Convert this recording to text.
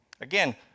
Again